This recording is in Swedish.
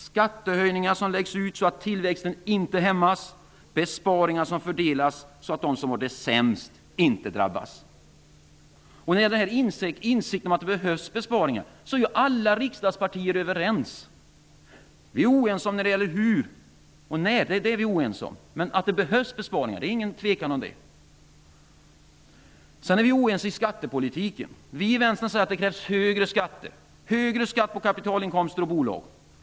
Skattehöjningar skall läggas ut så att tillväxten inte hämmas, och besparingarna skall fördelas så att de som har det sämst inte drabbas. När det gäller insikten om att det behövs besparingar är alla riksdagspartier överens. Vi är oense om när det gäller hur och när. Det råder ingen tvekan om att det behövs besparingar. Vi är också oense i skattepolitiken. Vi i Vänstern säger att det krävs högre skatter på kapitalinkomster och bolag.